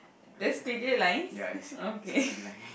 there's squiggly lines okay